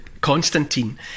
Constantine